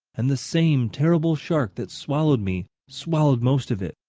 and the same terrible shark that swallowed me, swallowed most of it.